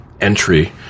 entry